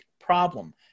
problem